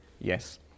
Yes